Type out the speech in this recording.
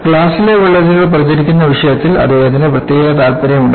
ഗ്ലാസിലെ വിള്ളലുകൾ പ്രചരിക്കുന്ന വിഷയത്തിൽ അദ്ദേഹത്തിന് പ്രത്യേക താത്പര്യമുണ്ടായിരുന്നു